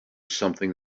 something